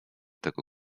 tego